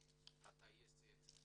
הטייסת,